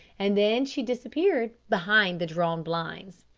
and then she disappeared behind the drawn blinds.